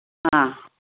ꯑꯥ